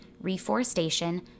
reforestation